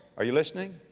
are you listening,